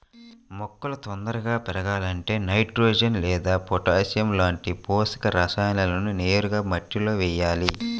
మొక్కలు తొందరగా పెరగాలంటే నైట్రోజెన్ లేదా పొటాషియం లాంటి పోషక రసాయనాలను నేరుగా మట్టిలో వెయ్యాలి